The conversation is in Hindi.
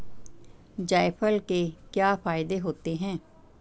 जायफल के क्या फायदे होते हैं?